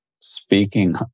speaking